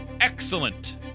excellent